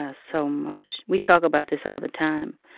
ah so much. we talk about this all the time.